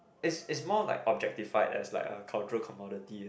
is is is more like objectified as like a cultural comodity and